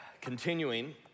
continuing